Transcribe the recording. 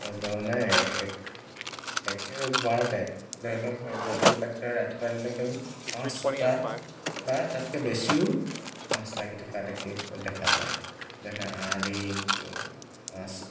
মানে একেবাৰতে ধৰি লওক গধূলি পাতি থয় ৰাতিপুৱালৈকে পাঁচ ছয়টা বা তাতকৈ বেছিও মাছ লাগি থকা দেখি দেখা যায় যেনে আৰি মাছ